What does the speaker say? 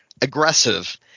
aggressive